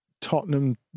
Tottenham